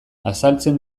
azaltzen